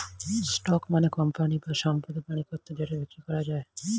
stock মানে company বা সম্পদের মালিকত্ব যেটা বিক্রি করা যায়